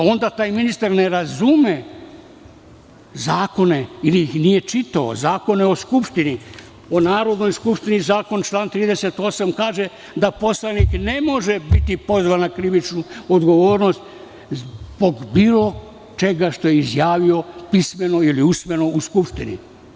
Onda taj ministar ne razume zakone ili ih nije čitao, zakone o Skupštini, Zakon o Narodnoj skupštini, član 38. kaže da poslanik ne može biti pozvan na krivičnu odgovornost zbog bilo čega što je izjavio pismeno ili usmeno u Skupštini.